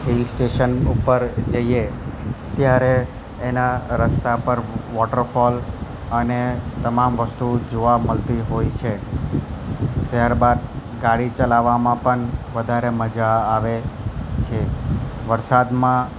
hill station ઉપર જઈએ ત્યારે એના રસ્તા પર વોટરફોલ અને તમામ વસ્તુઓ જોવા મળતી હોય છે ત્યારબાદ ગાડી ચલાવવામાં પણ વધારે મજા આવે છે વરસાદમાં